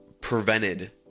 prevented